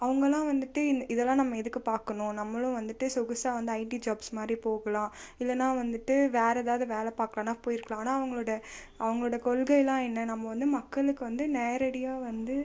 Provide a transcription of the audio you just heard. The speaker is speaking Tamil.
அவங்கலாம் வந்துட்டு இந் இதெல்லாம் நம்ம எதுக்கு பார்க்கணும் நம்மளும் வந்துட்டு சொகுசாக வந்து ஐடி ஜாப்ஸ் மாதிரி போகலாம் இல்லைன்னா வந்துட்டு வேறு ஏதாவது வேலை பார்க்கலான்னா போயிருக்கலாம் ஆனால் அவங்களோட அவங்களோடய கொள்கைல்லாம் என்ன நம்ம வந்து மக்களுக்கு வந்து நேரடியாக வந்து